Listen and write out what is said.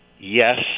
yes